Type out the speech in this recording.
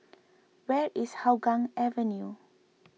where is Hougang Avenue